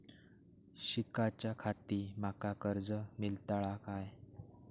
शिकाच्याखाती माका कर्ज मेलतळा काय?